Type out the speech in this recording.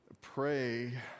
pray